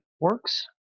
works